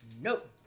Nope